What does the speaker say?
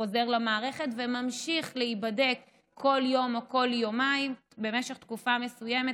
חוזר למערכת וממשיך להיבדק כל יום או כל יומיים במשך תקופה מסוימת,